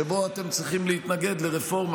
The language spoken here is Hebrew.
שבו אתם צריכים להתנגד לרפורמה,